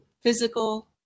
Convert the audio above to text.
physical